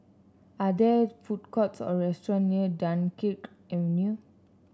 are there food courts or restaurants near Dunkirk Avenue